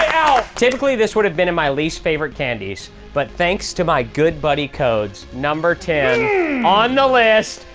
typically, this would have been in my least favorite candies, but thanks to my good buddy codes, number ten on the list,